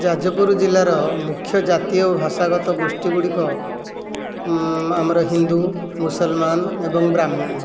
ଯାଜପୁର ଜିଲ୍ଲାର ମୁଖ୍ୟ ଜାତୀୟ ଭାଷାଗତ ଗୋଷ୍ଠୀ ଗୁଡ଼ିକ ଆମର ହିନ୍ଦୁ ମୁସଲମାନ ଏବଂ ବ୍ରାହ୍ମଣ